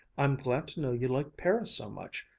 i'm glad to know you like paris so much.